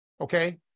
Okay